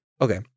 okay